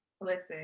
listen